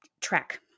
track